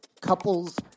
couples